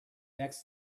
next